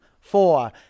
four